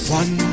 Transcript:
one